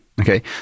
Okay